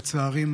לצערי,